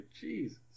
Jesus